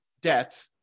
debt